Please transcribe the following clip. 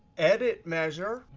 edit measure.